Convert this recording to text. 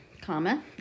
comma